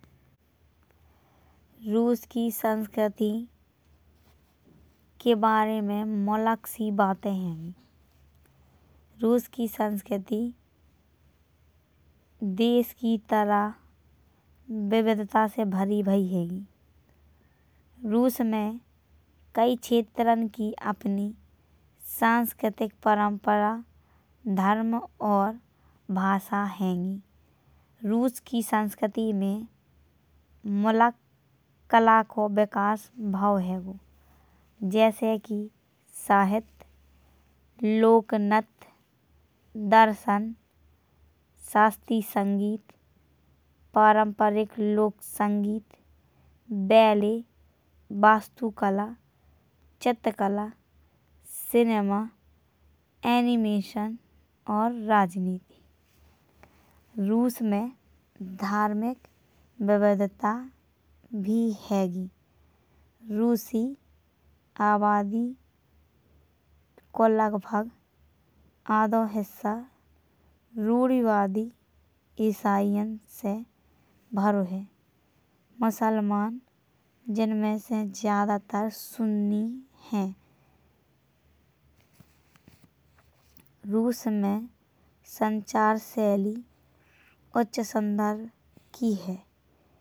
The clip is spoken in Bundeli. रूस की संस्कृति के बारे में मूलक सी बातें हैंगी। रूस की संस्कृति देश की तरह विविधता से भरी भई हैंगी। रूस में कई क्षेत्रों की अपनी सांस्कृतिक परंपरा धर्म और भाषा हैगी। रूस की संस्कृति में मूलक कला को विकास भाव हैगो। जैसे की साहित्य लोक नृत्य दर्शन शास्त्रीय संगीत पारंपरिक लोक संगीत। बैले वास्तु कला चित्रकला सिनेमा एनीमेशन और राजनीति। रूस में धार्मिक विविधता हैगी। रूसी आबादी को लगभग आधो हिस्सा रूढ़िवादी इसाईयों से भरो है। मुसलमान जिनमें से ज्यादातर सुन्नी हैं। रूस में संचार शैली उच्च संदर्भ की है।